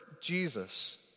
Jesus